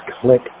click